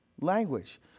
language